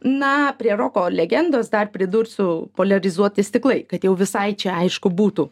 na prie roko legendos dar pridursiu poliarizuoti stiklai kad jau visai čia aišku būtų